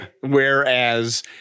Whereas